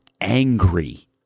angry